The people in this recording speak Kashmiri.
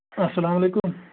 اَلسلام علیکُم